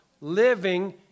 living